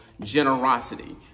generosity